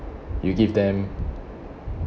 you give them